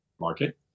market